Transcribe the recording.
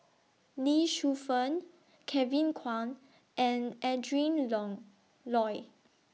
Lee Shu Fen Kevin Kwan and Adrin Long Loi